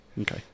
Okay